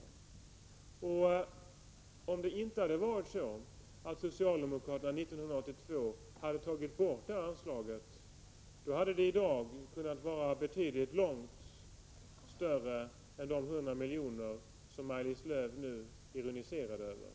Om socialdemokraterna inte hade tagit bort det här anslaget 1982, hade det i dag kunnat omfatta betydligt mer än de 100 miljoner som Maj-Lis Lööw nyss ironiserade över.